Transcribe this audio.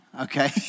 okay